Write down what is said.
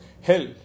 hell